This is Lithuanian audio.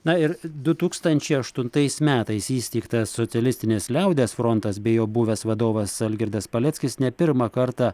na ir du tūkstančiai aštuntais metais įsteigtas socialistinis liaudies frontas bei jo buvęs vadovas algirdas paleckis ne pirmą kartą